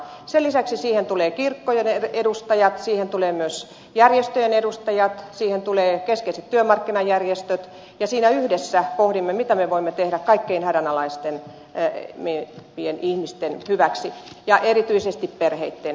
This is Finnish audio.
sen lisäksi siihen tulee kirkkojen edustajat siihen tulee myös järjestöjen edustajat siihen tulee keskeiset työmarkkinajärjestöt ja siinä yhdessä pohdimme mitä me voimme tehdä kaikkein hädänalaisimpien ihmisten ja erityisesti perheitten hyväksi